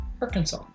Arkansas